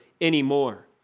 anymore